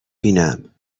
بینم